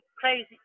crazy